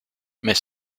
mais